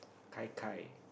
kai kai